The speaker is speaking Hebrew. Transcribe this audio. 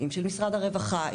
אם של משרד הרווחה,